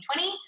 2020